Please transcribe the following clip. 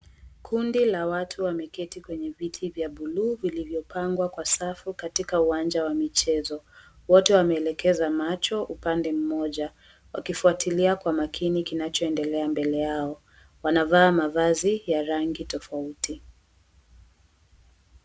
Kundi la watu wameketi kwenye viti vya buluu vilivyopangwa kwa safu katika uwanja wa michezo. Wote wameelekeza macho upande mmoja wakifuatilia kwa makini kinachoendelea mbele yao. Wanavaa mavazi ya rangi tofauti.